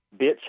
bitch